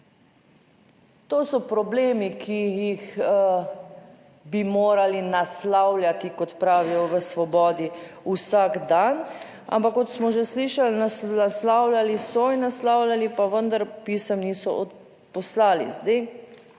To so problemi, ki jih bi morali naslavljati kot pravijo v Svobodi vsak dan. Ampak kot smo že slišali naslavljali so, naslavljali pa vendar pisem niso odposlali.